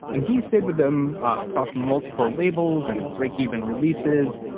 and he stayed with them across multiple labels and break-even releases.